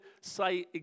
say